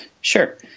Sure